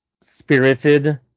spirited